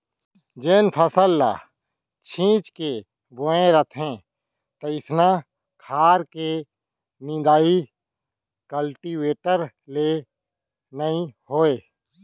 जेन फसल ल छीच के बोए रथें तइसना खार के निंदाइ कल्टीवेटर ले नइ होवय